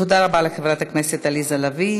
תודה רבה לחברת הכנסת עליזה לביא.